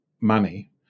money